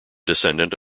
descendant